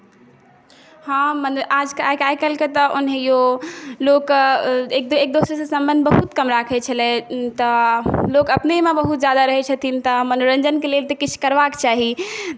हँ आइ काल्हिके तऽ ओनाहिओ लोक एक दोसरसँ सम्बन्ध बहुत कम राखै छलै तऽ लोक अपनेमे बहुत ज्यादा रहै छथिन तऽ मनोरञ्जनके लेल तऽ किछु करबाक चाही